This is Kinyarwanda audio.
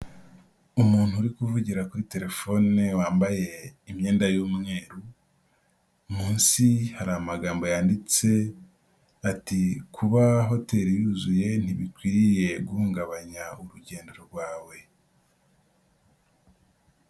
Umuntu uri kuvugira kuri telefone, wambaye imyenda y'umweru, munsi hari amagambo yanditse ati "kuba hoteli yuzuye ntibikwiriye guhungabanya urugendo rwawe".